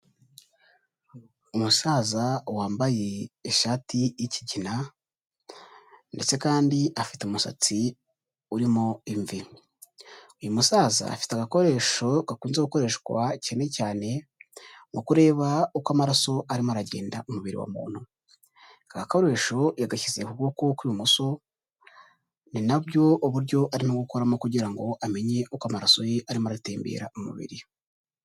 Umusaza wambaye ishati y'ikigina ndetse kandi afite umusatsi urimo imvi, uyu musaza afite agakoresho gakunze gukoreshwa cyane cyane mu kureba uko amaraso arimo aragenda mu mubiri wa muntu, aka gakoresho yagashyize ku kuboko kw'ibumoso, ni na byo uburyo arimo gukoramo kugira ngo amenye uko amaraso ye arimo aratembera mu umubiri.